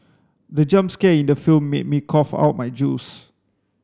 the jump scare in the film made me cough out my juice